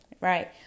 right